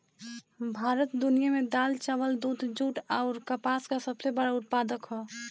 भारत दुनिया में दाल चावल दूध जूट आउर कपास का सबसे बड़ा उत्पादक ह